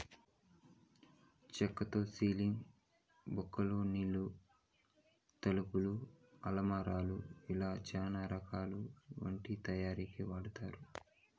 చక్కతో సీలింగ్, బాల్కానీలు, తలుపులు, అలమారాలు ఇలా చానా రకాల వాటి తయారీకి వాడతారు